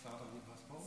שר התרבות והספורט.